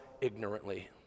ignorantly